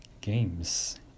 games